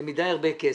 זה הרבה כסף.